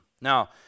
now